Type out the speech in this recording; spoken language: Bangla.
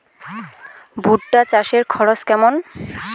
ভুট্টা চাষে খরচ কেমন?